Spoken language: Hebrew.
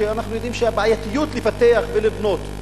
שאנחנו יודעים שיש בעייתיות לפתח ולבנות,